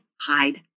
hide